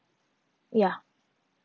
ya